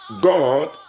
god